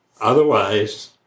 Otherwise